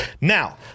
Now